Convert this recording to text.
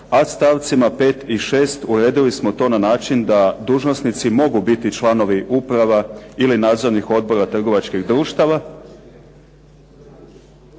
a stavcima 5. i 6. uredili smo to na način da dužnosnici mogu biti članovi uprava ili nadzornih odbora trgovačkih društava,